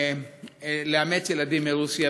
לאמץ ילדים מרוסיה,